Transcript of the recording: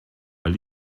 weil